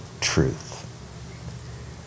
truth